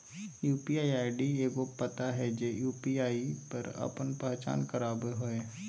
UPI ID एगो पता हइ जे यू.पी.आई पर आपन पहचान करावो हइ